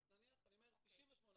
גם, נניח, אני אומר, 98 ימים,